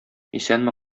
исәнме